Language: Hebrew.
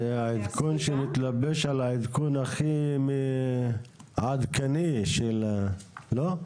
זה העדכון שמתלבש על העדכון הכי עדכני, לא?